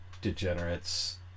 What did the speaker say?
degenerates